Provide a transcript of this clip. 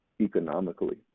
economically